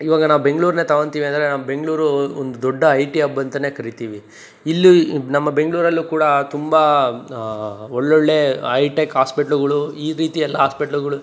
ಇವಾಗ ನಾವು ಬೆಂಗ್ಳೂರನ್ನೇ ತಗೊತಿವಿ ಅಂದರೆ ನಮ್ಮ ಬೆಂಗಳೂರು ಒಂದು ದೊಡ್ಡ ಐ ಟಿ ಅಬ್ ಅಂತ ಕರೀತಿವಿ ಇಲ್ಲೂ ನಮ್ಮ ಬೆಂಗಳೂರಲ್ಲೂ ಕೂಡ ತುಂಬ ಒಳ್ಳೊಳ್ಳೆ ಐಟೆಕ್ ಹಾಸ್ಪೆಟ್ಲುಗಳು ಈ ರೀತಿ ಎಲ್ಲ ಹಾಸ್ಪೆಟ್ಲುಗಳು